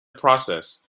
process